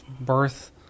birth